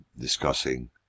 discussing